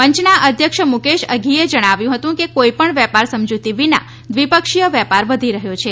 મંચના અધ્યક્ષ મુકેશ અઘીએ જણાવ્યું હતું કે કોઇ પણ વેપાર સમજૂતી વિના દ્વિપક્ષીય વેપાર વધી રહ્યો છે